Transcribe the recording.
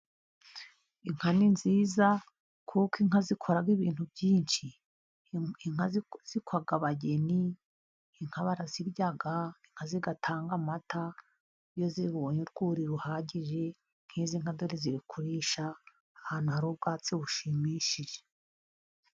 Inka ni nziza kuko inka zikora ibintu byinshi, inka zikwaga abageni, inka barazirya, inka zigatanga amata iyo zibonye urwuri ruhagije, nk'izi nka dore ziri kurisha ahantu hari ubwatsi bushimishije.